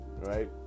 right